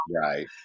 Right